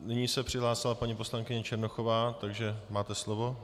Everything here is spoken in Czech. Nyní se přihlásila paní poslankyně Černochová, takže máte slovo.